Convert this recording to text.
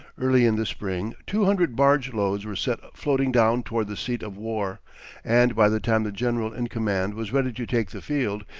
early in the spring two hundred barge loads were set floating down toward the seat of war and by the time the general in command was ready to take the field,